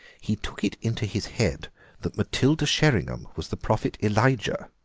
he took it into his head that matilda sheringham was the prophet elijah,